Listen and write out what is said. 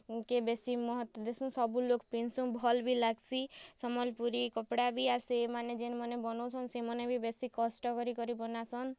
କେ ବେଶୀ ମହତ୍ତ୍ୱ ଦେସୁଁ ସବୁ ଲୋକ୍ ପିନ୍ଧ୍ସୁଁ ଭଲ୍ ବି ଲାଗ୍ସି ସମ୍ବଲ୍ପୁରୀ କପ୍ଡ଼ା ବି ଆର୍ ସେମାନେ ଯେନ୍ମାନେ ବନୋଉଛନ୍ ସେମାନେ ବି ବେଶୀ କଷ୍ଟ କରି କରି ବନାସନ୍